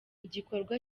igikorwa